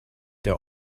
der